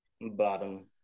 bottom